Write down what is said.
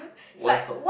one sort